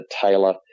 Taylor